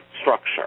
structure